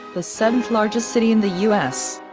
the seventh largest city in the us.